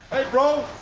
hey, bro,